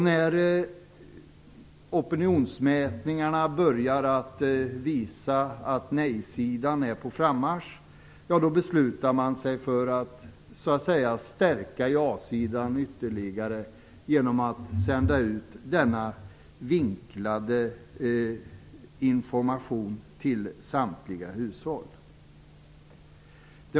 När opinionsmätningarna började visa att nej-sidan var på frammarsch beslutade man sig för att stärka ja-sidan ytterligare genom att sända ut denna vinklade information till samtliga hushåll.